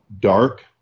dark